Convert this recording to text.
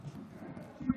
אותי.